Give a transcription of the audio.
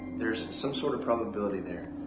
there's some sort of probability there.